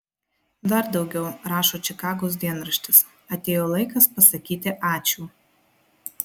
dar daugiau rašo čikagos dienraštis atėjo laikas pasakyti ačiū